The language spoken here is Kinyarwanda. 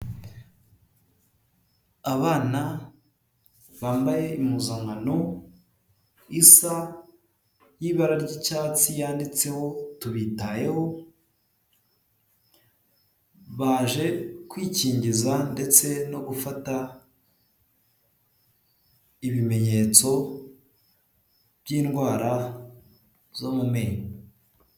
Abana bambaye impuzankano isa y'ibara ry'icyatsi yanditseho tubitayeho, baje kwikingiza ndetse no gufata ibimenyetso by'indwara zo mu menyo.